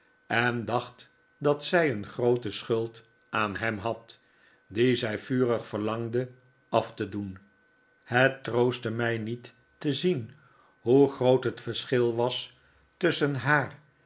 en dacht dat zij een groote schuld aan hem had die zij vurig verlangde af te doen het troostte mij niet te zien hoe groot het verschil was tusschen haar